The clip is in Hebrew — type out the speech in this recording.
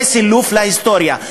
זה סילוף ההיסטוריה.